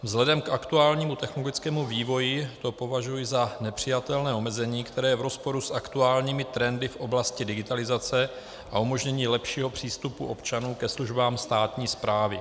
Vzhledem k aktuálnímu technologickému vývoji to považuji za nepřijatelné omezení, které je v rozporu s aktuálními trendy v oblasti digitalizace a umožnění lepšího přístupu občanů ke službám státní správy.